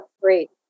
Great